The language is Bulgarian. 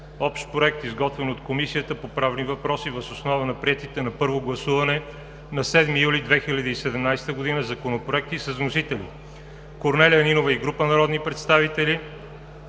Общ проект, изготвен от Комисията по правни въпроси, въз основа на приетите на първо гласуване на 7 юли 2017 г. законопроекти с вносители: Корнелия Нинова и група народни представители